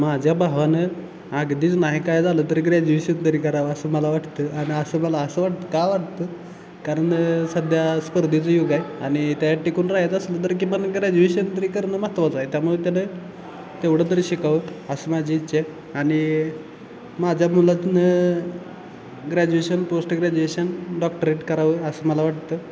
माझ्या भावानं अगदीच नाही काय झालं तरी ग्रॅज्युएशन तरी करावं असं मला वाटतं आणि असं मला असं वाटतं का वाटतं कारण सध्या स्पर्धेचं युग आहे आणि त्यात टिकून राह्यचं असलं तर किमान ग्रॅज्युएशन तरी करणं महत्त्वाचं आहे त्यामुळे त्याने तेवढं तरी शिकावं अशी माझी इच्छा आहे आणि माझ्या मुलातून ग्रॅज्युएशन पोस्ट ग्रॅज्युएशन डॉक्टरेट करावं असं मला वाटतं